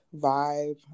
vibe